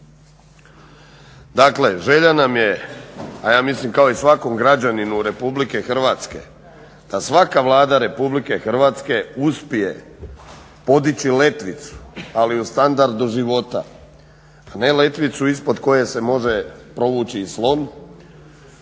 Dakle, želja nam je a ja mislim kao i svakom građaninu RH da svaka Vlada RH uspije podići letvicu ali u standardu života a ne letvicu ispod koje se može provući i slon